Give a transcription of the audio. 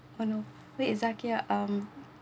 oh no wait zakiah